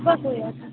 बसूया